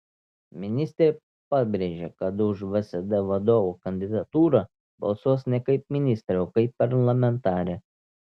ministrė pabrėžė kad už vsd vadovo kandidatūrą balsuos ne kaip ministrė o kaip parlamentarė